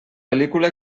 pel·lícula